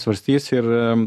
svarstys ir